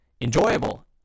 enjoyable